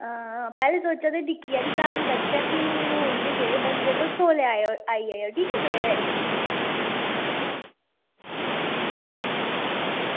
पैह्लें सोचेआ निक्की हारी धाम करचै ते भी होई गै गे बंदे ते तौले आई जायो ठीक ऐ सबेरै